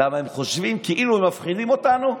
כי הם חושבים כאילו הם מפחידים אותנו,